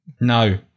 No